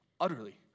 utterly